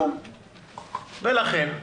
ולכן,